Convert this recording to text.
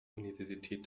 universität